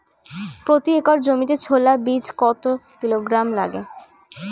প্রতি একর জমিতে ছোলা বীজ কত কিলোগ্রাম লাগে?